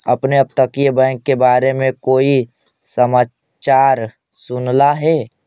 आपने अपतटीय बैंक के बारे में कोई समाचार सुनला हे